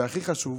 והכי חשוב,